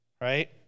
right